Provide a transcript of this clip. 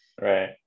Right